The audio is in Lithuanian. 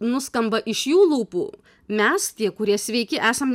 nuskamba iš jų lūpų mes tie kurie sveiki esam